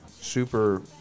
super